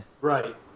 right